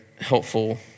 helpful